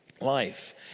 life